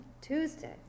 Tuesday